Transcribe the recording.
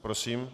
Prosím.